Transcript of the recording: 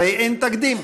הרי אין תקדים.